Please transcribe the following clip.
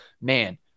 man